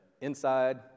inside